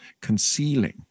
concealing